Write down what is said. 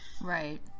right